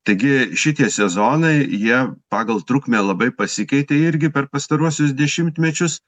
taigi šitie sezonai jie pagal trukmę labai pasikeitė irgi per pastaruosius dešimtmečius